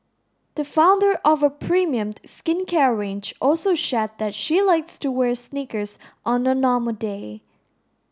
the founder of a premium skincare range also shared that she likes to wear sneakers on a normal day